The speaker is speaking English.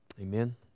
Amen